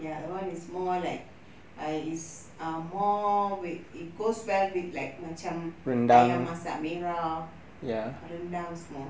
ya that one is more like uh is uh more with it goes well with like macam ayam masak merah rendang semua